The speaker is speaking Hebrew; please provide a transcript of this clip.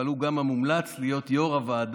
אבל הוא גם המומלץ להיות יו"ר הוועדה,